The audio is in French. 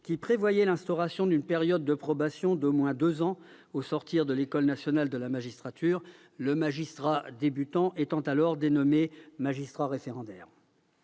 qui prévoyait l'instauration d'une période de probation d'au moins deux ans au sortir de l'ENM, le magistrat débutant étant alors dénommé « magistrat référendaire